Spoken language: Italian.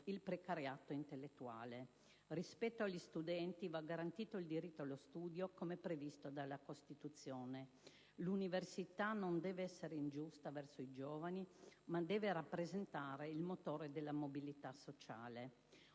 il precariato intellettuale. Rispetto agli studenti va garantito il diritto allo studio, come previsto dalla Costituzione. L'università non deve essere ingiusta verso i giovani, ma deve rappresentare il motore della mobilità sociale.